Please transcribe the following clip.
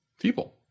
people